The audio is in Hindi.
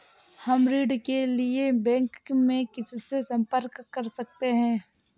हम ऋण के लिए बैंक में किससे संपर्क कर सकते हैं?